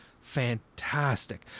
fantastic